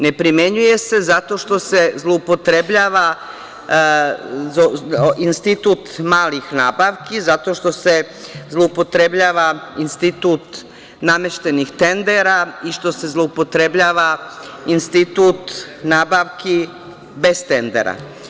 Ne primenjuje se zato što se zloupotrebljava institut malih nabavki, zato što se zloupotrebljava institut nameštenih tendera i što se zloupotrebljava institut nabavki bez tendera.